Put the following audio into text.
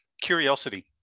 Curiosity